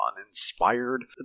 uninspired